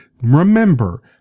Remember